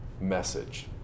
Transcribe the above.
message